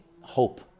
Hope